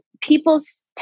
people's